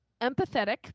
Empathetic